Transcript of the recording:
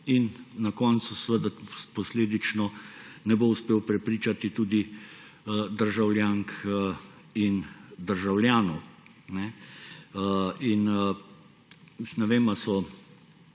in na koncu seveda posledično ne bo uspel prepričati tudi državljank in državljanov. Ne vem, ali so